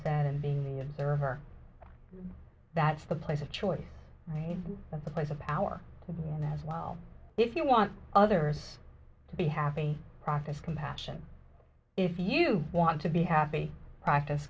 said and being the server that's the place of choice right that's a place of power one as well if you want others to be happy process compassion if you want to be happy practice